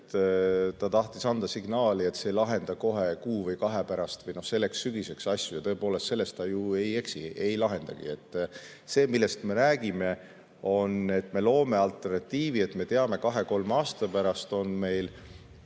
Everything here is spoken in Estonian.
ta tahtis anda signaali, et see ei lahenda kohe kuu või kahe pärast või selleks sügiseks asju. Ja tõepoolest, selles ta ju ei eksi. Ei lahendagi. Me räägime sellest, et me loome alternatiivi, et me teame, et kahe-kolme aasta pärast on meil